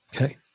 Okay